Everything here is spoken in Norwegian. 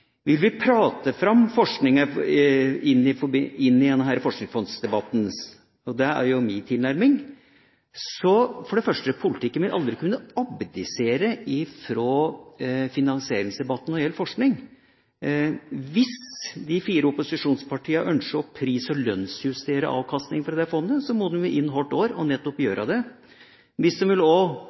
Vil vi prate fram forskninga i denne forskningsfondsdebatten, og det er jo min tilnærming, vil for det første politikken aldri kunne abdisere fra finansieringsdebatten når det gjelder forskning. Hvis de fire opposisjonspartiene ønsker å pris- og lønnsjustere avkastninga fra det fondet, må de inn hvert år og gjøre nettopp det. Hvis de kanskje også faktisk vil legge på litt, eller øke forskningsaktiviteten og